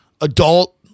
adult